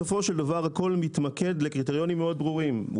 בסופו של דבר הכול מתמקד לקריטריונים ברורים מאוד.